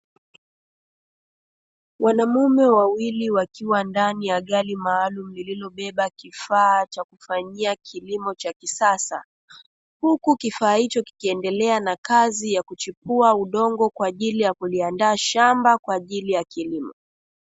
Wanamume wawiwili wakiwa ndani ya gari maalumu lililobeba kifaa cha kufanyia kilimo cha kisasa, huku kifaa hicho kikiendelea na kazi ya kuchimbua udogo kwaajili ya kuliandaa shamba kwaajili ya kilimo.